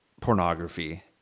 pornography